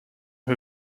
who